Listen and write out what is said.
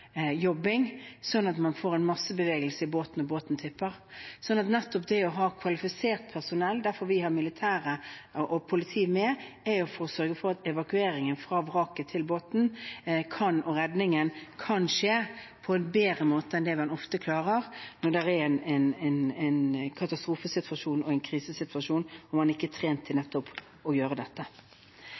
man får masse bevegelse i båten, og båten tipper. Ved å ha kvalifisert personell – det er derfor vi har militære og politiet med – sørger man for at evakueringen fra vraket til båten, redningen, kan skje på en bedre måte enn det man ofte klarer i en katastrofesituasjon og en krisesituasjon når man ikke er trent til å gjøre nettopp dette.